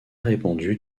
répandues